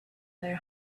their